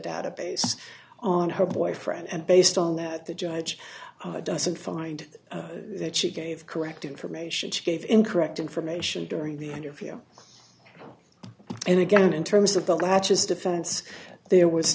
database on her boyfriend and based on that the judge doesn't find that she gave the correct information she gave incorrect information during the interview and again in terms of the latches defense there was